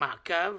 מעקב